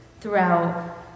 throughout